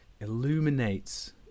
illuminates